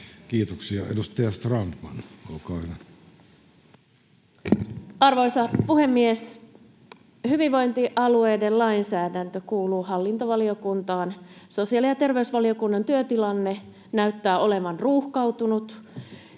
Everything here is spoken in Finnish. Kiitoksia. — Edustaja Strandman, olkaa hyvä. Arvoisa puhemies! Hyvinvointialueiden lainsäädäntö kuuluu hallintovaliokuntaan, sosiaali- ja terveysvaliokunnan työtilanne näyttää olevan ruuhkautunut,